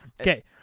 Okay